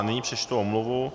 Nyní přečtu omluvu.